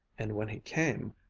and when he came,